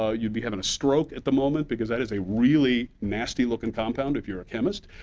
ah you'd be having a stroke at the moment because that is a really nasty-looking compound if you're a chemist.